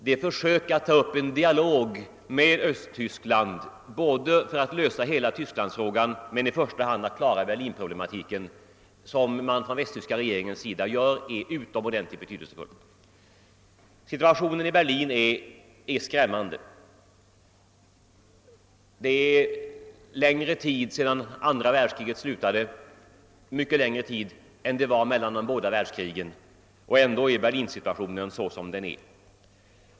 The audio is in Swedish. Det försök att ta upp en dialog med Östtyskland för att lösa hela Tysklandsfrågan och i första hand för att klara Berlinproblematiken som man från västtyska regeringens sida gör är ytterligt betydelsefullt. Situationen i Berlin är skrämmande. Det är mycket längre tid sedan andra världskriget slutade än det var mellan de båda världskrigen, och ändå är Berlinsituationen sådan som den är.